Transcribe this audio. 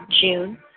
June